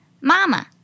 Mama